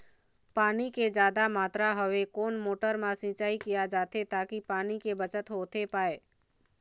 पानी के जादा मात्रा हवे कोन मोटर मा सिचाई किया जाथे ताकि पानी के बचत होथे पाए?